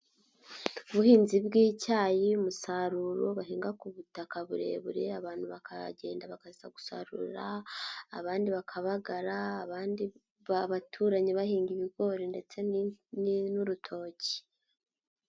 Ubuhinzi bw'icyayi umusaruro bahinga ku butaka burebure, abantu bakagenda bakaza gusarura, abandi bakabagara, abandi baturanye bahinga ibigori ndetse n'urutoki.